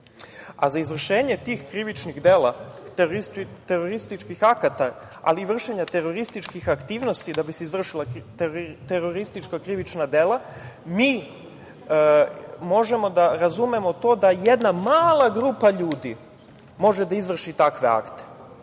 za izvršenje tih krivičnih dela terorističkih akata ali i vršenja terorističkih aktivnosti da bi se izvršila teroristička krivična dela mi možemo da razumemo to da jedna mala grupa ljudi može da izvrši takve akte.